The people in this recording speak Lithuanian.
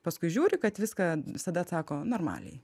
paskui žiūri kad viską visada atsako normaliai